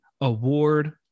Award